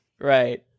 Right